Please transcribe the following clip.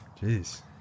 Jeez